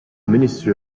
ministry